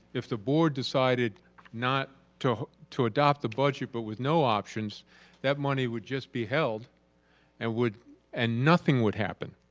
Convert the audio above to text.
if the board decided not to to adopt the budget but with no options that money would just be held and would and nothing would happen,